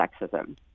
sexism